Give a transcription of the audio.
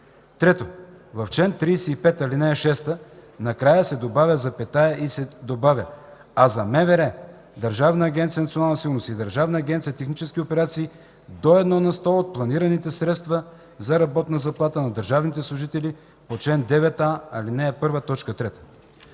3. В чл. 35, ал. 6 накрая се поставя запетая и се добавя „а за МВР, Държавна агенция „Национална сигурност” и Държавна агенция „Технически операции” – до 1 на сто от планираните средства за работна заплата на държавните служители по чл. 9а, ал. 1,